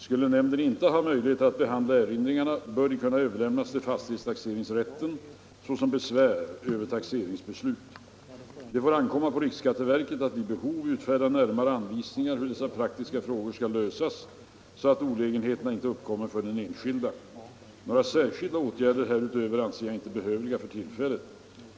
Skulle nämnden inte ha möjlighet att behandla erinringarna bör de kunna överlämnas till fastighetstaxeringsrätten såsom besvär över taxeringsbeslutet. Det får ankomma på riksskatteverket att vid behov utfärda närmare anvisningar hur dessa praktiska frågor skall lösas så att olägenheter inte uppkommer för de enskilda. Några särskilda åtgärder härutöver anser jag inte behövliga för tillfället.